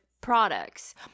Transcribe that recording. products